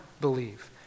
believe